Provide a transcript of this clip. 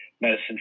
medicine